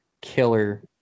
killer